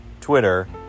Twitter